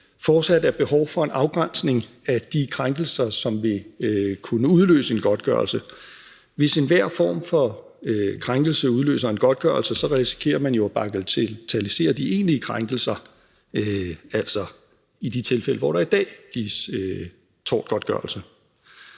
fortsat er behov for en afgrænsning af de krænkelser, som vil kunne udløse en godtgørelse. Hvis enhver form for krænkelse udløser en godtgørelse, risikerer man jo at bagatellisere de egentlige krænkelser, altså i de tilfælde, hvor der i dag gives tortgodtgørelse.